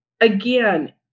again